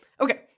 okay